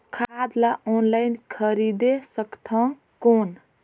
खाद ला ऑनलाइन खरीदे सकथव कौन?